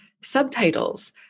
subtitles